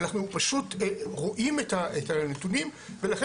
אנחנו פשוט רואים את הנתונים ולכן